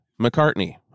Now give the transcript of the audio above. mccartney